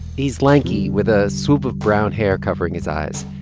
he's lanky, with a swoop of brown hair covering his eyes.